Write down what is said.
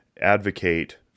advocate